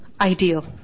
ideal